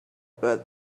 but